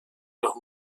los